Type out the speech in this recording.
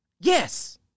yes